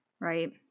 right